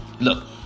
Look